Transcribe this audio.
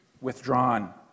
withdrawn